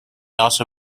also